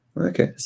Okay